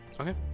Okay